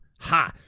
ha